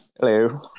Hello